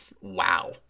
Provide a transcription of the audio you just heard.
wow